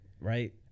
right